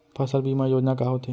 फसल बीमा योजना का होथे?